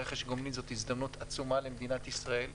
רכש גומלין זאת הזדמנות עצומה למדינת ישראל,